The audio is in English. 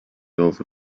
over